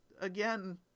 again